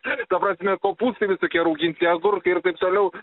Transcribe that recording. taip ta prasme kopūstai visokie rauginti agurkai ir taip toliau